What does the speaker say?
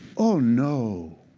oh no.